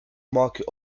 market